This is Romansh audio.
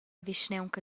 vischnaunca